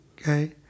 okay